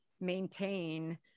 maintain